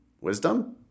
wisdom